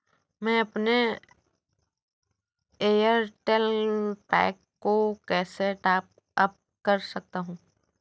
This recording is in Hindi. मैं अपने एयरटेल पैक को कैसे टॉप अप कर सकता हूँ?